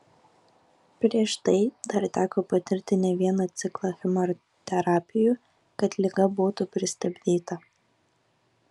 prieš tai dar teko patirti ne vieną ciklą chemoterapijų kad liga būtų pristabdyta